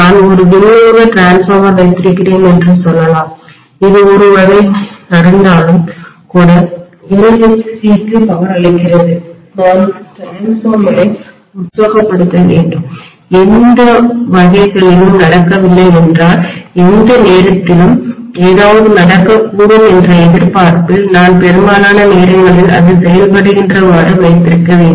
நான் ஒரு விநியோக மின்மாற்றி டிரான்ஸ்ஃபார்மர் வைத்திருக்கிறேன் என்று சொல்லலாம் இது ஒரு வகுப்பு வகை நடந்தாலும் கூட LHC க்கு பவர் அளிக்கிறது நான் மின்மாற்றியை டிரான்ஸ்ஃபார்மரை உற்சாகப்படுத்த வேண்டும் எந்த வகுப்புகளும்வகைகளும் நடக்கவில்லை என்றாலும் எந்தநேரத்திலும் ஏதாவது நடக்கக்கூடும் என்ற எதிர்பார்ப்பில் நான் பெரும்பாலான நேரங்களில் அது செயல்படுகின்றவாறுவைத்திருக்க வேண்டும்